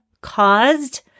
caused